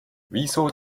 wieso